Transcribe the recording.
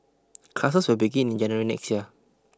classes will begin in January next year